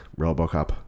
RoboCop